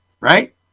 Right